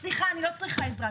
סליחה, אני לא צריכה עזרה.